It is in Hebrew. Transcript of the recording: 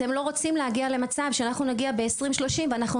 אתם לא רוצים להגיע למצב שאנחנו נגיע ב-2030 ואנחנו